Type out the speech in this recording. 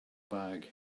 bag